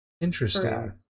Interesting